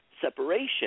separation